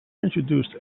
introduced